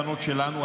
הבנות שלנו,